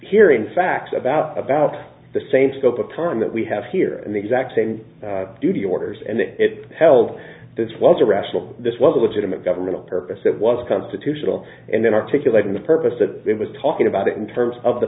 hearing facts about about the same scope of time that we have here and the exact same duty orders and that it held this was a rational this was a legitimate government purpose it was constitutional and then articulating the purpose that it was talking about in terms of the